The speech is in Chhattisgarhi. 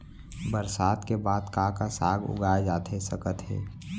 बरसात के बाद का का साग उगाए जाथे सकत हे?